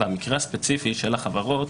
במקרה הספציפי של החברות,